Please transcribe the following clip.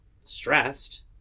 stressed